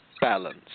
balance